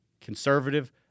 conservative